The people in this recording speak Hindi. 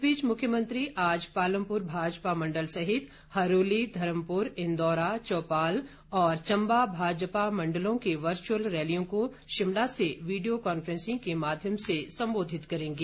इस बीच मुख्यमंत्री आज पालमपुर भाजपा मंडल सहित हरोली धर्मपुर इंदौरा चौपाल और चंबा भाजपा मंडलों की वर्चुअल रैलियों को शिमला से वीडियो कॉन्फ्रैसिग के माध्यम से संबोधित करेंगे